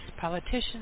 politicians